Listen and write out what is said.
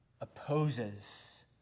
opposes